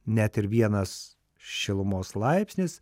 net ir vienas šilumos laipsnis